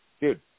Dude